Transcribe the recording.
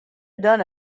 done